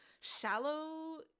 shallow